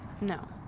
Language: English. No